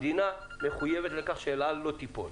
המדינה מחויבת לכך שאל על לא תיפול.